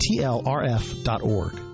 tlrf.org